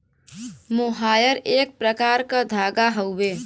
मोहायर एक प्रकार क धागा हउवे